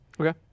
Okay